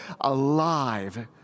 alive